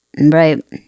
Right